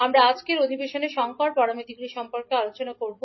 আমরা আজকের অধিবেশনে সংকর প্যারামিটারগুলি সম্পর্কে আলোচনা করব